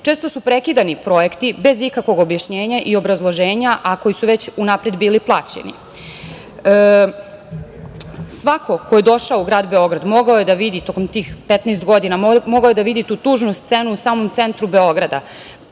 su prekidani projekti bez ikakvog obrazloženja i objašnjenja, a koji su već unapred bili plaćeni. Svako ko je došao u grad Beograd mogao je da vidi tih 15 godina tu tužnu scenu u samom centru Beograda.